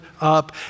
up